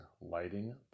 lighting